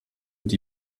die